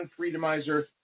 Freedomizer